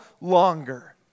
longer